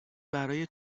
برای